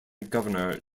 governor